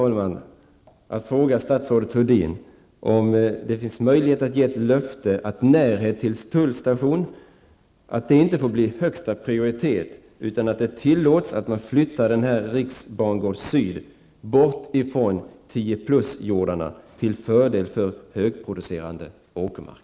Jag önskar, herr talman, fråga statsrådet Görel Thurdin om det finns möjlighet att avge ett löfte om att närheten till en tullstation inte skall ha högsta prioritet utan att man kan tillåta att Riksbangård Syd flyttas från 10+-jordarna, till fördel för högproducerande åkermark.